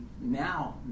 now